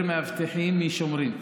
יותר מאבטחים ושומרים,